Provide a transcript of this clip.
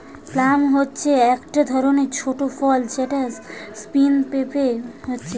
plum হচ্ছে একটা ধরণের ছোট ফল যেটা প্রুনস পেকে হচ্ছে